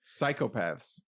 Psychopaths